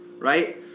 Right